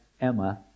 Emma